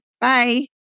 Bye